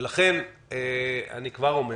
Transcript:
ולכן, אני כבר אומר